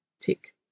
Tick